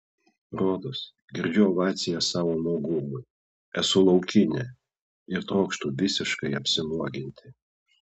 rodos girdžiu ovacijas savo nuogumui esu laukinė ir trokštu visiškai apsinuoginti